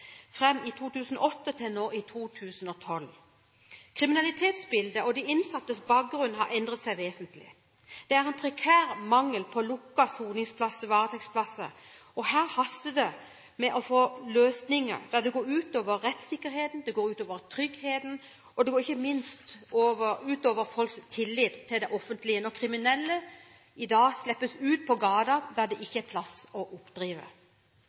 i 2008 og til nå, i 2012. Kriminalitetsbildet og de innsattes bakgrunn har endret seg vesentlig. Det er en prekær mangel på lukkede soningsplasser og varetektsplasser, og det haster med å finne en løsning, da det går ut over rettssikkerheten og tryggheten, og det går ikke minst ut over folks tillit til det offentlige når kriminelle i dag slippes ut på gaten fordi det ikke er plass å oppdrive.